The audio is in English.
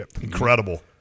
Incredible